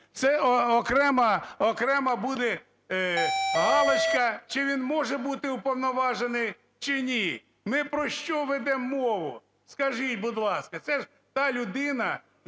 окрема буде галочка чи він може бути уповноважений чи ні? Ми про що ведемо мову, скажіть, будь ласка? Це ж та людина,